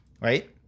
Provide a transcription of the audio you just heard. right